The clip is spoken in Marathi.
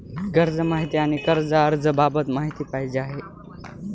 कर्ज माहिती आणि कर्ज अर्ज बाबत माहिती पाहिजे आहे